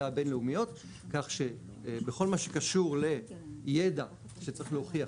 הבינלאומיות כך שבכל מה שקשור לידע שצריך להוכיח,